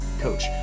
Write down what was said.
coach